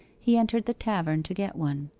he entered the tavern to get one.